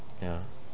ya